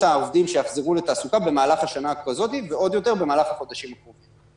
העובדים שיחזרו לתעסוקה במהלך השנה ועוד יותר במהלך החודשים הקרובים.